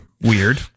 Weird